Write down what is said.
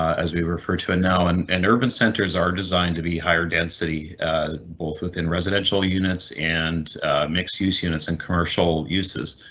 as we refer to, and now and in urban centers are designed to be higher density both within residential units and mixed use units and commercial uses.